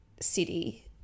city